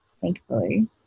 thankfully